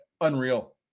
unreal